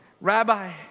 Rabbi